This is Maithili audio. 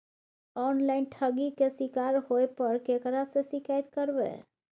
ऑनलाइन ठगी के शिकार होय पर केकरा से शिकायत करबै?